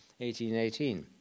1818